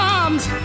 arms